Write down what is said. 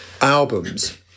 albums